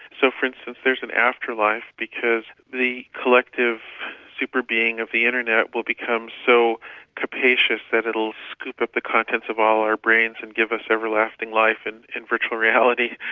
so for instance, there's an afterlife because the collective super-being of the internet will become so capacious that it'll scoop up the contents of all our brains and give us everlasting life and in virtual reality,